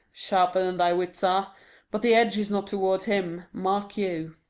sharper than thy wits are but the edge is not towards him, mark you.